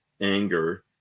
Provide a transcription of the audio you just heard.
anger